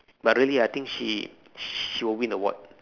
but really ah I think she she will win award